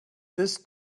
this